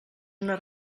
una